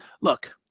look